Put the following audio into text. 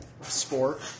sport